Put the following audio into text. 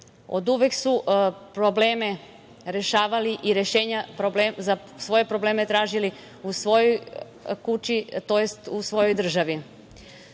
oduvek su probleme rešavali i rešenja za svoje probleme tražili u svojoj kući, to jest u svojoj državi. Da